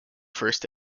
first